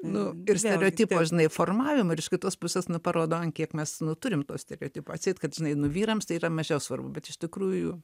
nu ir stereotipo žinai formavimo ir iš kitos pusės na parodo ant kiek mes nu turim to stereotipo atseit kad žinai nu vyrams tai yra mažiau svarbu bet iš tikrųjų